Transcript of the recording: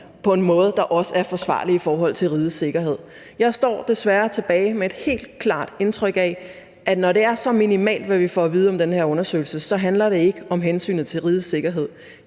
på en måde, der også er forsvarlig i forhold til rigets sikkerhed. Jeg står desværre tilbage med et helt klart indtryk af, at når det er så minimalt, hvad vi får at vide om den der undersøgelse, så handler det ikke om hensynet til rigets sikkerhed.